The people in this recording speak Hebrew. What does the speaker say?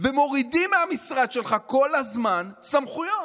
מורידים מהמשרד שלך כל הזמן סמכויות.